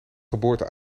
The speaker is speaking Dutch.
geboorte